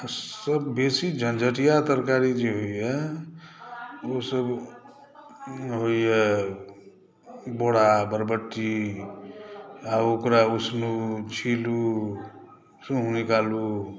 सभसे बेसी झंझटिया तरकारी जे होइया ओसभ होइया बोरा बरबट्टी आ ओकरा उसनु छिलू सुर निकालू